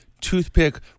toothpick